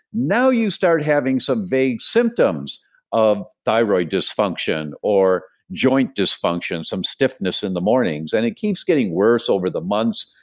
now, you start having some vague symptoms of thyroid dysfunction, or joint dysfunction, some stiffness in the mornings and it keeps getting worst over the months,